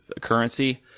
currency